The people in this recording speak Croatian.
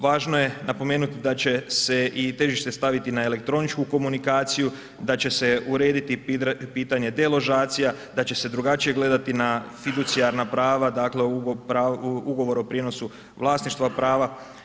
Važno je napomenuti da će s i težište staviti na elektroničku komunikaciju, da će se urediti pitanje deložacija, da će se drugačije gledati na fiducijarna prava, dakle ugovor o prijenosu vlasništva prava.